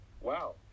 wow